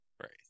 Right